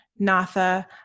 Natha